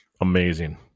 amazing